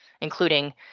including